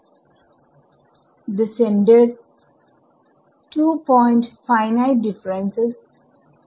ഇത് centred 2 point finite ഡിഫറെൻസ്ആണ്